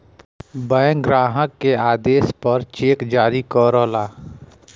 bank ग्राहक के आदेश पर चेक जारी करला